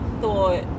thought